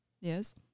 Yes